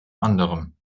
anderen